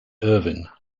irvine